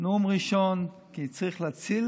נאום ראשון, כי צריך להציל